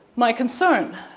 my concern